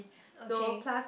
okay